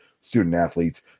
student-athletes